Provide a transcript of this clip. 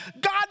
God